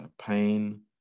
pain